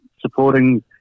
supporting